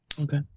Okay